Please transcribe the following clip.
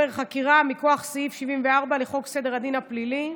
חקירה מכוח סעיף 74 לחוק סדר הדין הפלילי,